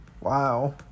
Wow